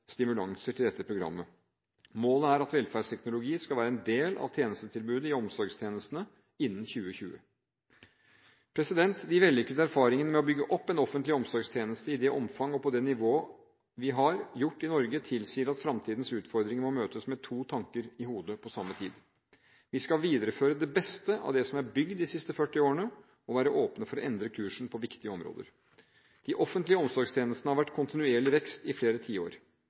stimulanser til dette programmet. Målet er at velferdsteknologi skal være en del av tjenestetilbudet i omsorgstjenestene innen 2020. De vellykkede erfaringene med å bygge opp en offentlig omsorgstjeneste i det omfang og på det nivå vi har gjort i Norge, tilsier at fremtidens utfordringer må møtes med to tanker i hodet på samme tid: Vi skal videreføre det beste av det som er bygd opp de siste 40 årene, og være åpne for å endre kursen på viktige områder. De offentlige omsorgstjenestene har vært i kontinuerlig vekst i flere tiår.